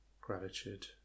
Gratitude